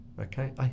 okay